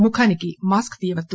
ముఖానికి మాస్క్ తియ్యవద్దు